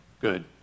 Good